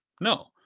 no